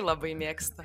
labai mėgstu